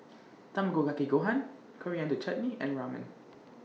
Tamago Kake Gohan Coriander Chutney and Ramen